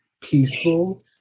peaceful